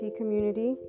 community